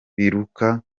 biruka